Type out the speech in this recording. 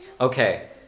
Okay